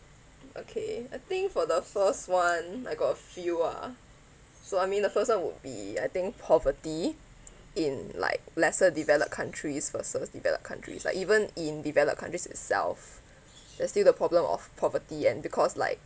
okay I think for the first one I got a few ah so I mean the first one would be I think poverty in like lesser developed countries or first developed countries like even in developed countries itself there's still the problem of poverty and because like